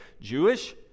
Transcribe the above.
Jewish